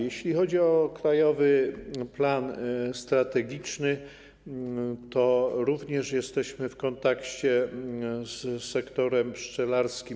Jeśli chodzi o krajowy plan strategiczny, to również jesteśmy w kontakcie z sektorem pszczelarskim.